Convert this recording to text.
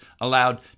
allowed